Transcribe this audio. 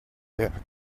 der